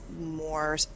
more